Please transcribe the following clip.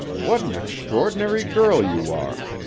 what an extraordinary girl you are!